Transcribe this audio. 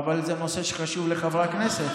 אבל זה נושא שחשוב לחברי הכנסת.